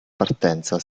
partenza